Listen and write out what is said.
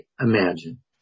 imagine